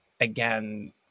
again